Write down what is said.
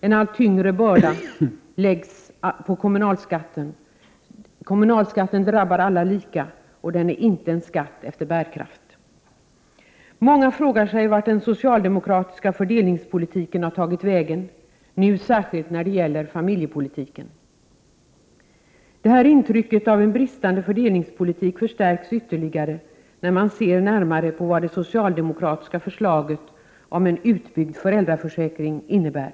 En allt tyngre börda läggs på kommunalskatten som drabbar alla lika och som inte är en skatt efter bärkraft. Många frågar sig vart den socialdemokratiska fördelningspolitiken har tagit vägen — nu särskilt när det gäller familjepolitiken. Intrycket av en bristande fördelningspolitik förstärks ytterligare när man ser närmare på vad det socialdemokratiska förslaget om en utbyggnad av föräldraförsäkringen innebär.